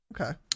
Okay